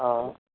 آ